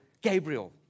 Gabriel